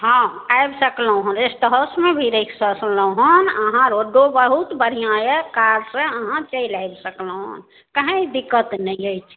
हँ आबि सकलहुॅं हन रेस्ट हाउसमे भी राखि सकलहुॅं हन आहाँ रोडो बहुत बढ़िआँ अछि कार से आहाँ चलि आयब सकलहुॅं हन कहि दिक्कत नहि अछि